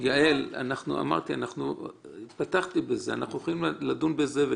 יעל, פתחתי בזה שאנחנו יכולים לדון בזה גם